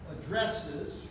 addresses